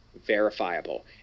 verifiable